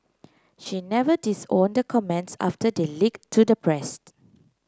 she never disowned comments after they leak to the pressed